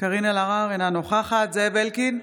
קארין אלהרר, אינה נוכחת זאב אלקין,